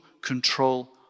control